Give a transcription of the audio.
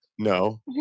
No